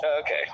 okay